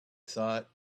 thought